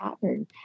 pattern